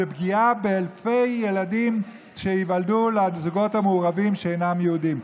זו פגיעה באלפי ילדים שייוולדו לזוגות המעורבים שאינם יהודים.